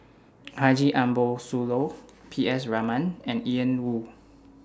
Haji Ambo Sooloh P S Raman and Ian Woo